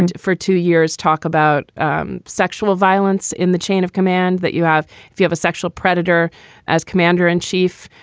and for two years, talk about um sexual violence in the chain of command that you have if you have a sexual predator as commander in chief,